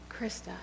Krista